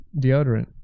deodorant